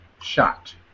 shot